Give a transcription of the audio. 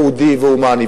יהודי והומני.